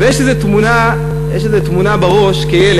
ויש לי איזה תמונה, יש לי איזה תמונה בראש כילד,